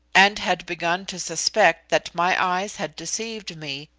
and had began to suspect that my eyes had deceived me,